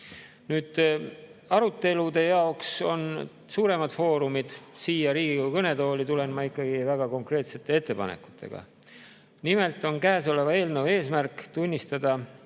Arutelude jaoks on suuremad foorumid, aga siia Riigikogu kõnetooli tulen ma ikkagi väga konkreetsete ettepanekutega. Nimelt on käesoleva eelnõu eesmärk tunnistada